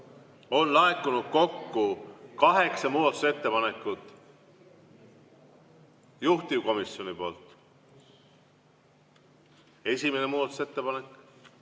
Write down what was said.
On laekunud kokku kaheksa muudatusettepanekut juhtivkomisjonilt. Esimene muudatusettepanek,